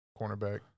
cornerback